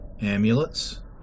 Amulets